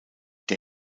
der